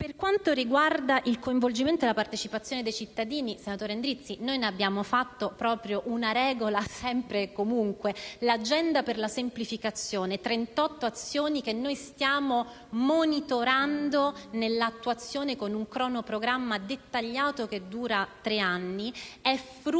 Per quanto riguarda il coinvolgimento e la partecipazione dei cittadini, senatore Endrizzi, ne abbiamo fatto una regola sempre e comunque. L'agenda per la semplificazione - composta da 38 azioni che stiamo monitorando nella loro attuazione, con un cronoprogramma dettagliato, che dura tre anni - è frutto